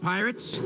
Pirates